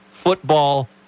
football